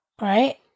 right